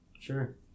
Sure